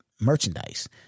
merchandise